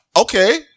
Okay